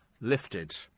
lifted